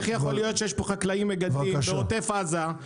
איך יכול להיות שיש פה חקלאים מגדלים בעוטף עזה,